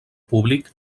públic